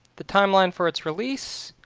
the timeline for its release,